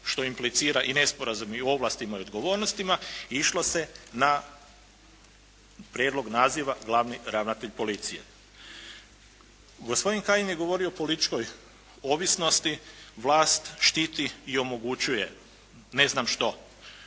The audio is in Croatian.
što implicira i nesporazume u ovlastima i odgovornostima išlo se na prijedlog naziva glavni ravnatelj policije. Gospodin Kajin je govorio o političkoj ovisnosti. Vlast štiti i omogućuje ne znam što.